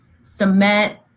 cement